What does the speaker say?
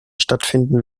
stattfinden